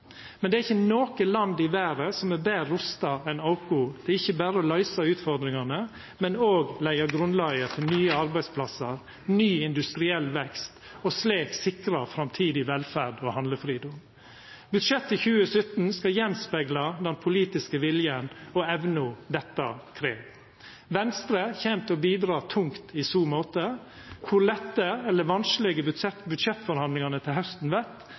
men det er ikkje noko land i verda som er betre rusta enn oss til ikkje berre å løysa utfordringane, men òg leggja grunnlaget for nye arbeidsplassar, ny industriell vekst og slik sikra framtidig velferd og handlefridom. Budsjettet i 2017 skal spegla den politiske viljen og evna dette krev. Venstre kjem til å bidra tungt i så måte. Kor lette eller vanskelege budsjettforhandlingane til hausten vert,